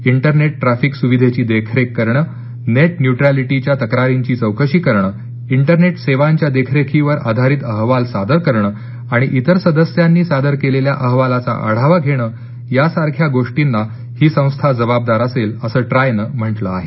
internet traffic सुविधेची देखरेख करणे नेट न्यूट्लिटीच्या तक्रारींची चौकशी करणे इंटरनेट सेवांच्या देखरेखीवर आधारित अहवाल सादर करणे आणि इतर सदस्यांनी सादर केलेल्या अहवालाचा आढावा घेणं यासारख्या गोष्टींना ही संस्था जबाबदार असेल ट्रायनं म्हटलं आहे